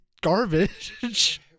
garbage